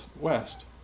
west